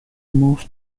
morph